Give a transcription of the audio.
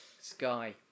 Sky